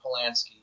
Polanski